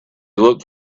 looked